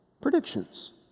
predictions